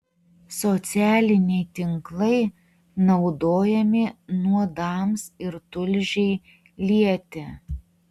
socialiniai tinklai naudojami nuodams ir tulžiai lieti